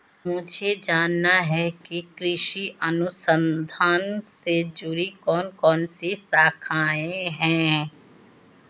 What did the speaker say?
मुझे जानना है कि कृषि अनुसंधान से जुड़ी कौन कौन सी शाखाएं हैं?